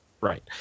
Right